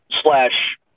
slash